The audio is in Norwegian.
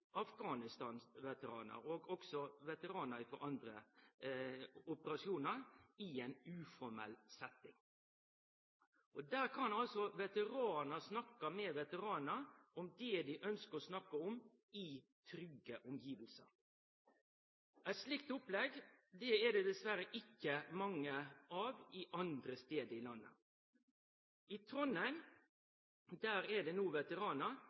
Afghanistan-veteranar og også veteranar frå andre operasjonar i ein uformell setting. Der kan veteranar snakke med veteranar om det dei ønskjer å snakke om, i trygge omgivnader. Eit slikt opplegg er det det dessverre ikkje mange andre stader i landet. I Trondheim er det no veteranar,